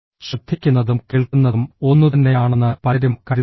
ശ്രദ്ധിക്കു ന്നതും കേൾക്കുന്നതും ഒന്നുതന്നെയാണെന്ന് പലരും കരുതുന്നു